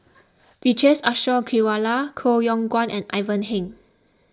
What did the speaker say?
Vijesh Ashok Ghariwala Koh Yong Guan and Ivan Heng